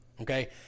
Okay